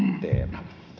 teema